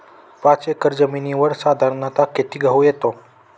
पाच एकर जमिनीवर साधारणत: किती गहू येतो?